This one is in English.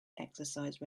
exercise